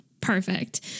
perfect